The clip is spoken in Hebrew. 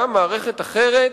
גם מערכת אחרת